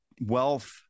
wealth